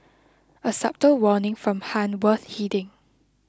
a subtle warning from Han worth heeding